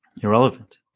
Irrelevant